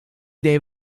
idee